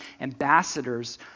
ambassadors